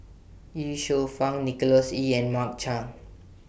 Ye Shufang Nicholas Ee and Mark Chan